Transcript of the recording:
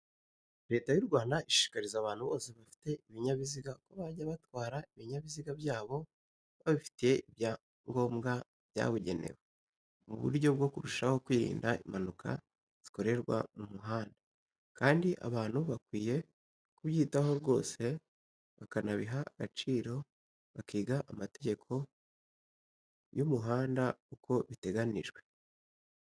Leta y'u Rwanda ishishikariza abantu bose bafite ibinyabiziga ko bajya batwara ibinyabiziga byabo babifitiye ibyangombwa byabugenewe, mu buryo bwo kurushaho kwirinda impanuka zikorerwa mu muhanda, kandi abantu bakwiye kubyitaho rwose bakanabiha agaciro bakiga amategeko y'umihanda uko biteganijwe.